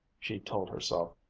she told herself,